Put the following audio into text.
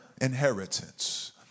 inheritance